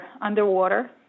underwater